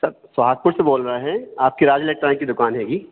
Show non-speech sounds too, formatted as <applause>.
sir Sohagpur से बोल रहे हैं आपकी राज इलेक्ट्रॉनिक की दुकान <unintelligible>